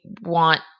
want